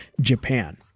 Japan